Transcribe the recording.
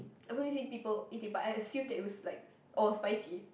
I always see people it is bias assume that it was like all spicy